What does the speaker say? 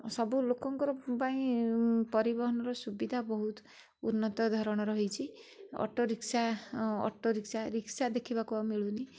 ସବୁ ଲୋକଙ୍କର ପାଇଁ ପରିବହନର ସୁବିଧା ବହୁତ ଉନ୍ନତଧରଣର ହେଇଛି ଅଟୋ ରିକ୍ସା ଉଁ ଅଟୋ ରିକ୍ସା ରିକ୍ସା ଦେଖିବାକୁ ଆଉ ମିଳୁନି